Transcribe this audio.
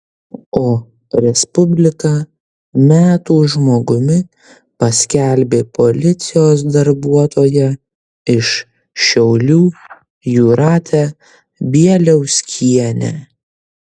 o respublika metų žmogumi paskelbė policijos darbuotoją iš šiaulių jūratę bieliauskienę